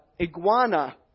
Iguana